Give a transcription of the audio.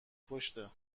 پشته